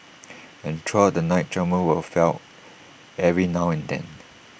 and throughout the night tremors were felt every now and then